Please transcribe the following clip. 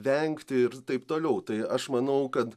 vengti ir taip toliau tai aš manau kad